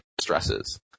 stresses